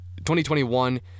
2021